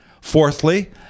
Fourthly